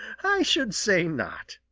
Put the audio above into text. i should say not,